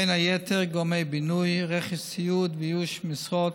ובין היתר גורמי בינוי, רכש ציוד ואיוש משרות.